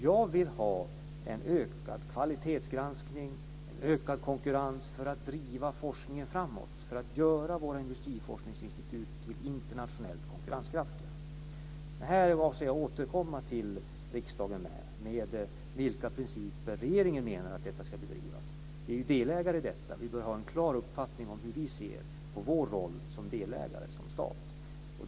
Jag vill ha ökad kvalitetsgranskning och ökad konkurrens för att driva forskningen framåt, för att göra våra industriforskningsinstitut internationellt konkurrenskraftiga. Här avser jag att återkomma till riksdagen med besked om vilka principer som regeringen menar att detta ska bedrivas med. Vi är ju delägare i detta och bör ha en klar uppfattning om hur vi ser på statens roll som delägare.